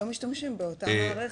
לא משתמשים באותה מערכת.